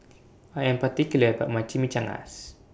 I Am particular about My Chimichangas